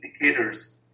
indicators